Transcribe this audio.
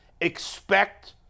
expect